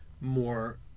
more